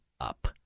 up